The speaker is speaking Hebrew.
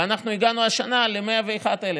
ואנחנו הגענו השנה ל-101,000,